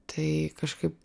tai kažkaip